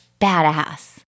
badass